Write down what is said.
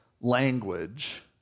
language